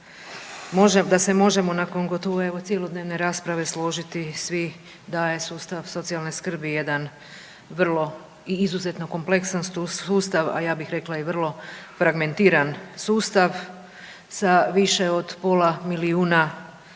da se možemo nakon gotovo evo cjelodnevne rasprave složiti svi da je sustav socijalne skrbi jedan vrlo i izuzetno kompleksan sustav, a ja bih rekla i vrlo fragmentiran sustav sa više od pola milijuna